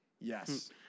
Yes